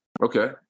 Okay